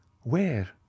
Where